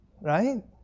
Right